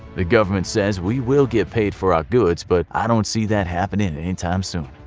the government says we will get paid for our goods, but i don't see that happening any time soon.